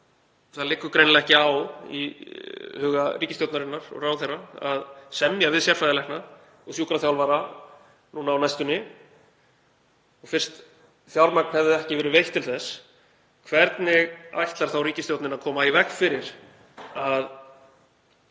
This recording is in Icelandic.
Það lægi greinilega ekki á í huga ríkisstjórnarinnar og ráðherra að semja við sérfræðilækna og sjúkraþjálfara á næstunni fyrst fjármagn hefði ekki verið veitt til þess, og ég spurði: Hvernig ætlar þá ríkisstjórnin að koma í veg fyrir að